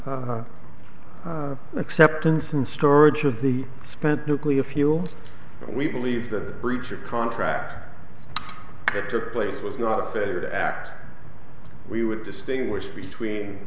acceptance in storage of the spent nuclear fuel we believe that the breach of contract that took place was not a failure to act we would distinguish between